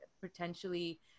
potentially